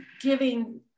giving